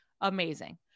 amazing